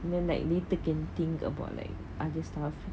and then like ni then can think about like other stuff